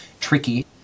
tricky